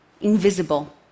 invisible